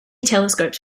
telescopes